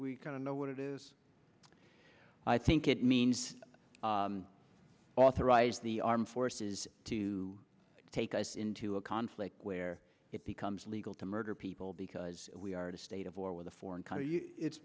we kind of know what it is i think it means authorize the armed forces to take us into a conflict where it becomes legal to murder people because we are in a state of war with a foreign